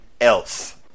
else